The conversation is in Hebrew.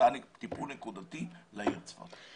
הצעה לטיפול נקודתי לעיר צפת.